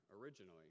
originally